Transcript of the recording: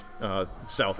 south